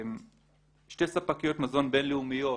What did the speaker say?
שתי ספקיות מזון בין-לאומיות